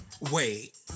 Wait